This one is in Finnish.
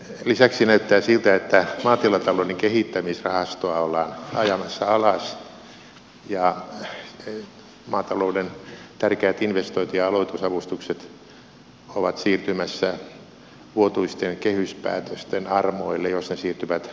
lisäksi näyttää siltä että maatilatalouden kehittämisrahastoa ollaan ajamassa alas ja maatalouden tärkeät investointi ja aloitusavustukset ovat siirtymässä vuotuisten kehyspäätösten armoille jos ne siirtyvät budjettiin